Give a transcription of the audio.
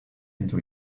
into